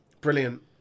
brilliant